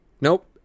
Nope